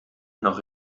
noch